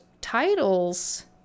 titles